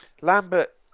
Lambert